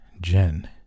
Jen